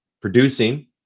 producing